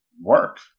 work